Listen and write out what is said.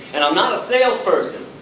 and i'm not a sales person.